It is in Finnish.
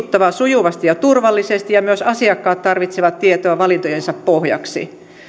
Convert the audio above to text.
tietojärjestelmät potilastiedon on liikuttava sujuvasti ja turvallisesti ja myös asiakkaat tarvitsevat tietoa valintojensa pohjaksi